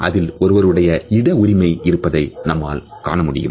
அதில் ஒருவருடைய இட உரிமை இருப்பதை நம்மால் உணர முடியும்